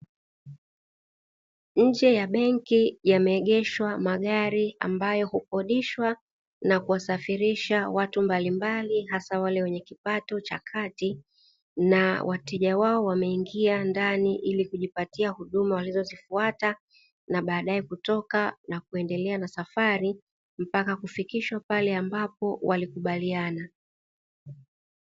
Nje ya benki yameegeshwa magari ambayo hukodishwa na kuwasafirisha watu mbalimbali hasa wale wenye kipato cha kati, na wateja wao wameingia ndani ili kujipatia huduma walizozifuata na baadaye kutoka na kuendelea na safari mpaka kufikishwa pale ambapo walikubaliana.